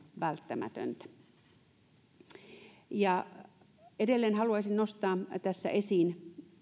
välttämätöntä edelleen haluaisin nostaa tässä esiin